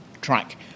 track